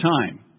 time